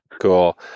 Cool